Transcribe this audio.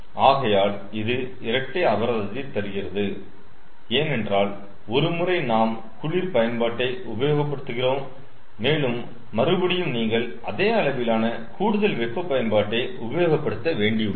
ஆகையால் அது இரட்டை அபராதத்தை தருகிறது ஏனென்றால் ஒரு முறை நாம் குளிர் பயன்பாட்டை உபயோகப்படுத்துகிறோம் மேலும் மறுபடியும் நீங்கள் அதே அளவிலான கூடுதல் வெப்ப பயன்பாட்டை உபயோகப்படுத்த வேண்டியுள்ளது